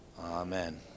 Amen